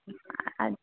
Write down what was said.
हां जी